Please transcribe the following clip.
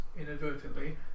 inadvertently